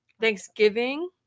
Thanksgiving